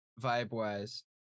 Vibe-wise